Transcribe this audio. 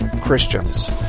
Christians